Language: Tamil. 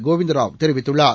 கோவிந்த ராவ் தெரிவித்துள்ளார்